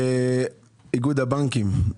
איגוד הבנקים,